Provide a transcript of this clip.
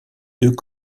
deux